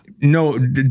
No